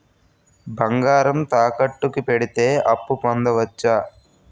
బంగారం తాకట్టు కి పెడితే అప్పు పొందవచ్చ?